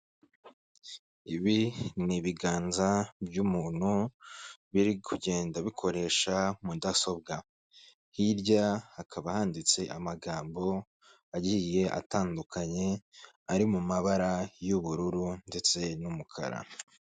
Ibi ni ibiganza by'umuntu, biri kugenda bikoresha mudasobwa. Hirya hakaba handitse amagambo agiye atandukanye, ari mu mabara y'ubururu ndetse n'umukara.